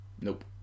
Nope